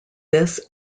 this